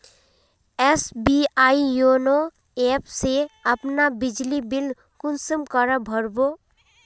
SBI YONO app से अपना बिजली बिल कुंसम करे भर बो?